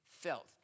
felt